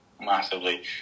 massively